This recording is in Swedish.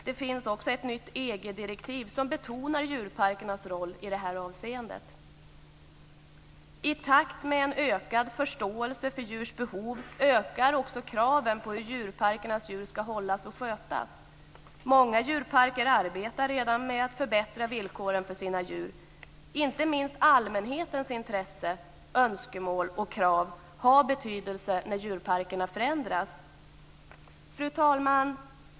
Det finns också ett nytt EG-direktiv som betonar djurparkernas roll i det här avseendet. I takt med en ökad förståelse för djurs behov ökar också kraven på hur djurparkernas djur ska hållas och skötas. Många djurparker arbetar redan med att förbättra villkoren för sina djur. Inte minst allmänhetens intresse, önskemål och krav har betydelse när djurparkerna förändras. Fru talman!